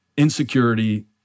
insecurity